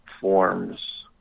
forms